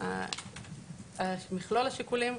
אנחנו כן יכולים להכניס את זה למכלול השיקולים.